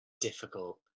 difficult